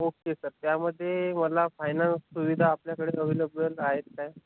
okay sir त्यामध्ये मला finance सुविधा आपल्याकडे अवेलेबल आहेत काय